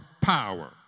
power